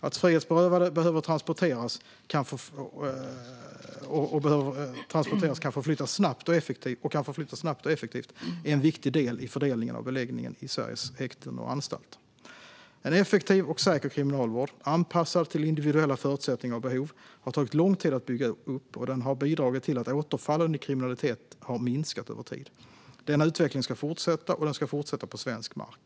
Att frihetsberövade som behöver transporteras kan förflyttas snabbt och effektivt är en viktig del i fördelningen av beläggningen i Sveriges häkten och anstalter. En effektiv och säker kriminalvård, anpassad till individuella förutsättningar och behov, har tagit lång tid att bygga upp, och den har bidragit till att återfallen i kriminalitet har minskat över tid. Denna utveckling ska fortsätta, och den ska fortsätta på svensk mark.